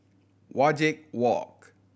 Wajek Walk